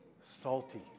Salty